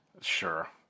Sure